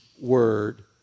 word